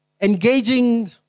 engaging